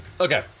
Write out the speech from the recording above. Okay